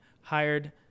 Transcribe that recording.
hired